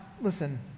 listen